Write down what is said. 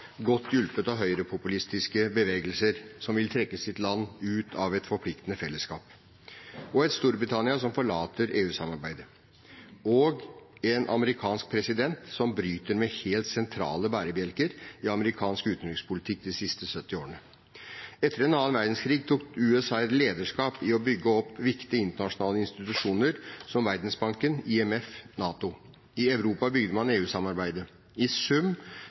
godt hjulpet av høyrepopulistiske bevegelser som vil trekke sitt land ut av et forpliktende fellesskap, et Storbritannia som forlater EU-samarbeidet, og en amerikansk president som bryter med helt sentrale bærebjelker i amerikansk utenrikspolitikk de siste 70 årene. Etter annen verdenskrig tok USA et lederskap i å bygge opp viktige internasjonale institusjoner som Verdensbanken, IMF og NATO, og i Europa bygde man EU-samarbeidet – i sum